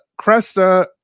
Cresta